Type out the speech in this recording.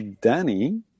Danny